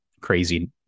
crazy